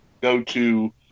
go-to